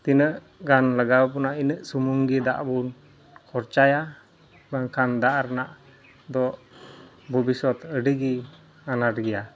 ᱛᱤᱱᱟᱹᱜ ᱜᱟᱱ ᱞᱟᱜᱟᱣ ᱵᱚᱱᱟ ᱤᱱᱟᱹᱜ ᱥᱩᱢᱩᱝᱜᱮ ᱫᱟᱜᱵᱚᱱ ᱠᱷᱨᱪᱟᱭᱟ ᱵᱟᱝᱠᱷᱟᱱ ᱫᱟᱜ ᱨᱮᱱᱟᱜᱫᱚ ᱵᱷᱚᱵᱤᱥᱚᱛ ᱟᱹᱰᱤᱜᱮ ᱟᱱᱟᱴ ᱜᱮᱭᱟ